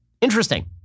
Interesting